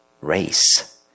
race